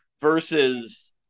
Versus